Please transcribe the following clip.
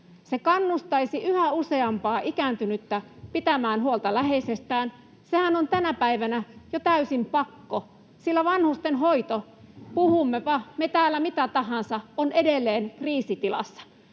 Se kannustaisi yhä useampaa ikääntynyttä pitämään huolta läheisestään. Sehän on tänä päivänä jo täysin pakko, sillä vanhustenhoito, puhummepa me täällä mitä tahansa, on edelleen kriisitilassa.